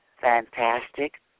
fantastic